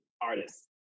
artists